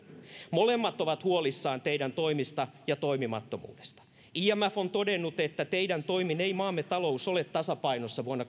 molemmat ovat huolissaan teidän toimistanne ja toimimattomuudestanne imf on todennut että teidän toimin ei maamme talous ole tasapainossa vuonna